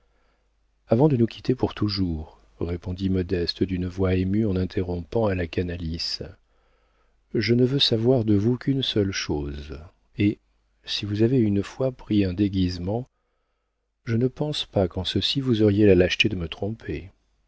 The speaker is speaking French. avant de nous quitter pour toujours répondit modeste d'une voix émue en interrompant à la canalis je ne veux savoir de vous qu'une seule chose et si vous avez une fois pris un déguisement je ne pense pas qu'en ceci vous auriez la lâcheté de me tromper